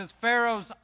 Pharaoh's